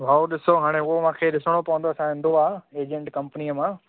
भाउ ॾिसो हाणे उहो मांखे ॾिसिणो पवंदो आहे असांजे ईंदो आहे एजेंट कंपनीअ मां